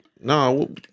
No